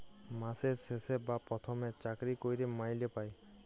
মাসের শেষে বা পথমে চাকরি ক্যইরে মাইলে পায়